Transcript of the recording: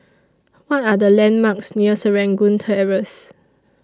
What Are The landmarks near Serangoon Terrace